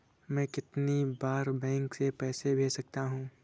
मैं कितनी बार बैंक से पैसे भेज सकता हूँ?